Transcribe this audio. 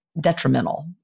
detrimental